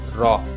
raw